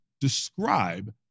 describe